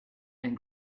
and